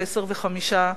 ב-10:05,